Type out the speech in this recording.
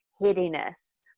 headiness